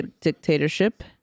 dictatorship